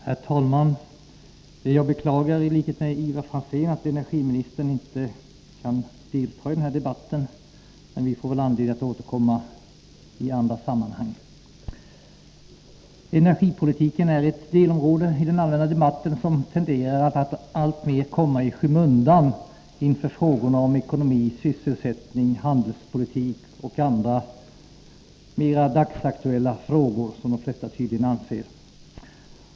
Herr talman! Jag beklagar i likhet med Ivar Franzén att energiministern inte kan delta i den här debatten. Men vi får anledning att återkomma i andra sammanhang. Energipolitiken är ett delområde i den allmänna debatten som tenderar att alltmer komma i skymundan inför frågorna om ekonomi, sysselsättning, handelspolitik och andra, som de flesta tydligen anser, mer dagsaktuella frågor.